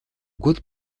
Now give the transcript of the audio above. год